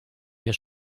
mir